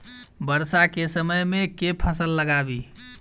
वर्षा केँ समय मे केँ फसल लगाबी?